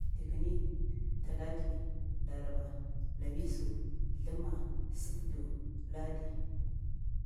Likinin, talaka, laraba, lamiso, zlema, sərdo, ladi